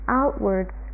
outwards